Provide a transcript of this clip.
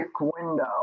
window